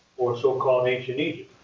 or so called ancient egypt.